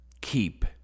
keep